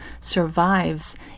survives